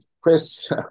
Chris